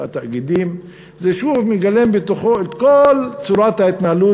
זה שוב מגלם בתוכו את כל צורת ההתנהלות